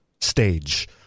stage